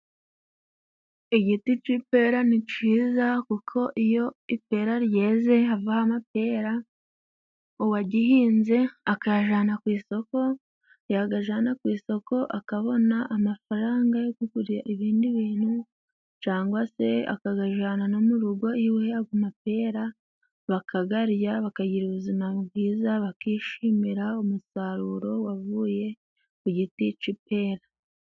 Igiti c'ipera ni ciza, kuko iyo ipera ryeze havaho amapera, uwagihinze akayajana ku isoko, yagajana ku isoko akabona amafaranga yo kugura ibindi bintu cangwa se akagajana no mu rugo iwe, ago mapera bakagarya bakagira ubuzima bwiza bakishimira umusaruro wavuye ku giti c'ipera.